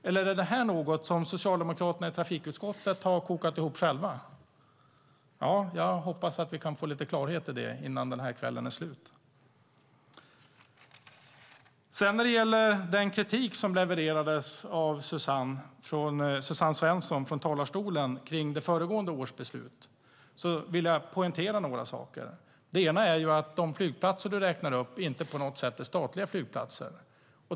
Eller är detta något som socialdemokraterna i trafikutskottet har kokat ihop själva? Jag hoppas att vi kan få lite klarhet i det innan kvällen är slut. När det gäller den kritik som levererades av Suzanne Svensson från talarstolen om föregående års beslut vill jag poängtera några saker. Det ena är att de flygplatser du räknar upp inte på något sätt är statliga flygplatser.